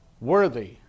Worthy